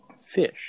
fish